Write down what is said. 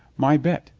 my bet,